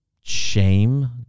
shame